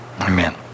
Amen